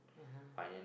(uh huh)